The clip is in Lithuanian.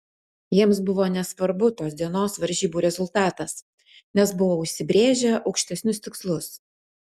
jiems buvo nesvarbu tos dienos varžybų rezultatas nes buvo užsibrėžę aukštesnius tikslus